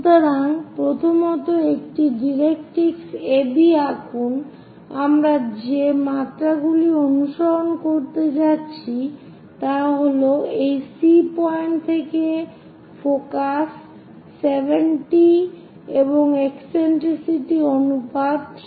সুতরাং প্রথমত একটি ডাইরেক্ট্রিক্স AB আঁকুন এবং আমরা যে মাত্রাগুলি অনুসরণ করতে যাচ্ছি তা হল এই C পয়েন্ট থেকে ফোকাস 70 এবং একসেন্ট্রিসিটি অনুপাত 3 4